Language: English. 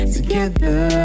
Together